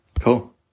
Cool